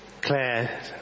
Claire